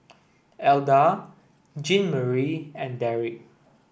Elda Jeanmarie and Derek